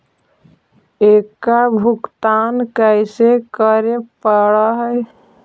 एकड़ भुगतान कैसे करे पड़हई?